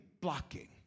blocking